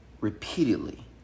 repeatedly